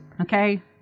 okay